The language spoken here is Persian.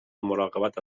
مراقبت